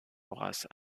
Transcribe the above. horace